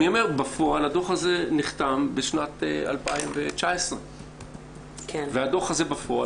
בפועל הדוח הזה נחתם בשנת 2019 והדוח הזה בפועל,